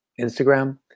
Instagram